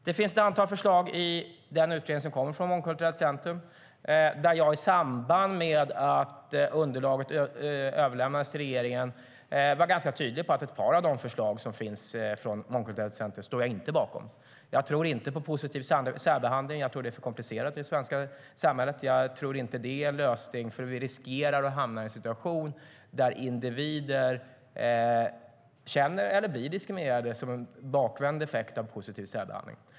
Det finns ett antal förslag i den utredning som kom från Mångkulturellt centrum som jag i samband med att underlaget överlämnades till regeringen var ganska tydlig med att jag inte står bakom. Jag tror inte på positiv särbehandling; jag tror att det är för komplicerat i det svenska samhället. Jag tror inte att det är en lösning, för vi riskerar att hamna i en situation där individer känner att de blir, eller blir, diskriminerade - som en bakvänd effekt av positiv särbehandling.